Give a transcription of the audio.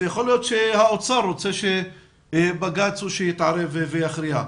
ויכול להיות שהאוצר רוצה שבג"צ הוא שיתערב ויכריע.